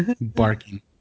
barking